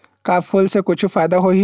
का फूल से कुछु फ़ायदा होही?